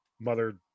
mother